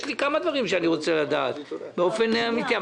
יש לי כמה דברים שאני רוצה לדעת באופן אמתי.